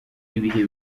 ibihe